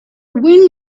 wind